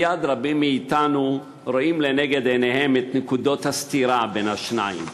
מייד רבים מאתנו רואים לנגד עיניהם את נקודות הסתירה בין השניים,